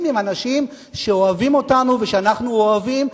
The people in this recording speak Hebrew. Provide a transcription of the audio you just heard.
עם אנשים שאוהבים אותנו ושאנחנו אוהבים,